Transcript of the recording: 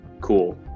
cool